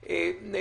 לא